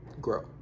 grow